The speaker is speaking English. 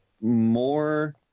more